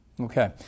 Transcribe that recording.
Okay